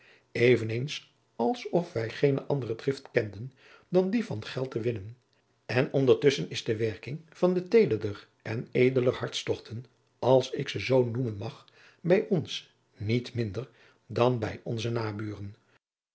als of wij geene andere drift kenden dan die van geld te winnen en ondertusschen is de werking van de teederder en edeler hartstogten als ik ze zoo noemen mag bij ons niet minder dan bij onze naburen